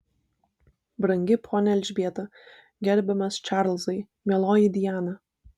brangi ponia elžbieta gerbiamas čarlzai mieloji diana